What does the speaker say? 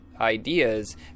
ideas